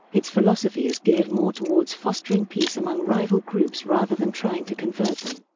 its philosophy is geared more towards fostering peace among rival groups rather than trying to convert them.